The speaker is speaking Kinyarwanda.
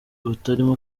butarimo